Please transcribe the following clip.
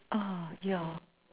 ah yeah